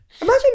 imagine